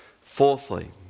Fourthly